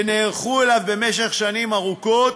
שנערכו אליו במשך שנים ארוכות